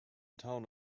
town